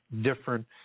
different